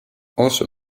also